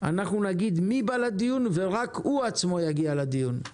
אנחנו נגיד מי יבוא לדיון ורק הוא עצמו יגיע לדיון.